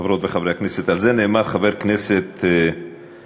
חברות וחברי הכנסת, על זה נאמר, חבר הכנסת זאב,